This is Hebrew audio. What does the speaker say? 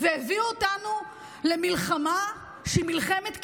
והביאו אותנו למלחמה, שהיא מלחמת קיום,